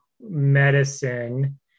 medicine